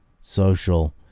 social